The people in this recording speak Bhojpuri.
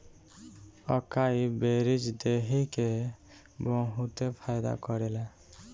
अकाई बेरीज देहि के बहुते फायदा करेला